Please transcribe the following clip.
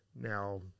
Now